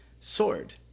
sword